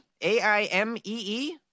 A-I-M-E-E